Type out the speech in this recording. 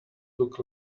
look